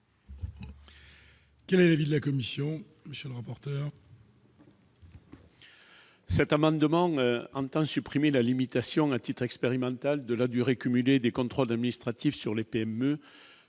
quel est l'avis de la Commission,